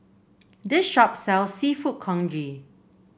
this shop sells seafood congee